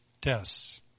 tests